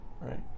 right